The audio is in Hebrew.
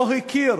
לא הכיר